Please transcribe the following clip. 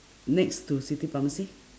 next to city pharmacy